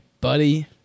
buddy